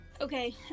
Okay